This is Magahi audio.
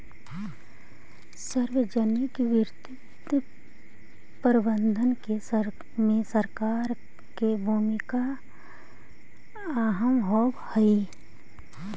सार्वजनिक वित्तीय प्रबंधन में सरकार के भूमिका अहम होवऽ हइ